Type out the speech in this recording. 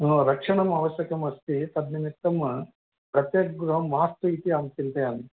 मम रक्षणम् अवश्यकम् अस्ति तन्निमित्तं प्रत्येकगृहं मास्तु इति अहं चिन्तयामि